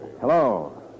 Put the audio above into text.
Hello